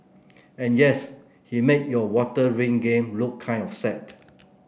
and yes he made your water ring game look kind of sad